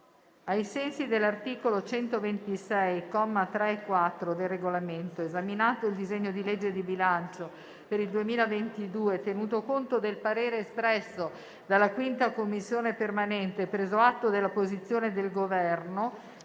Ai sensi dell'articolo 126, commi 3 e 4, del Regolamento, esaminato il disegno di legge di bilancio per il 2022, tenuto conto del parere espresso dalla 5a Commissione permanente, preso atto della posizione del Governo,